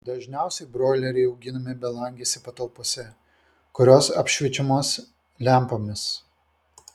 dažniausiai broileriai auginami belangėse patalpose kurios apšviečiamos lempomis